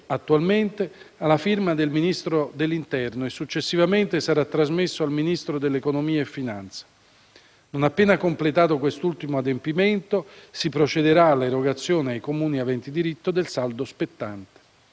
attualmente alla firma del Ministro dell'interno e successivamente sarà trasmesso al Ministro dell'economia e delle finanze. Non appena completato quest'ultimo adempimento, si procederà alla erogazione ai Comuni aventi diritto del saldo spettante.